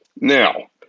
Now